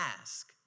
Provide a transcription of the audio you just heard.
ask